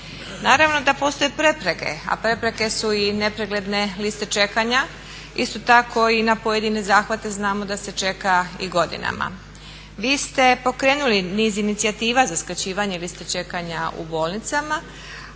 Naravno da postoje prepreke a prepreke su i nepregledne liste čekanja. Isto tako i na pojedine zahvate znamo da se čeka i godinama. Vi ste pokrenuli niz inicijativa za skraćivanje liste čekanja u bolnicama